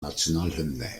nationalhymne